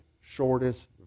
shortest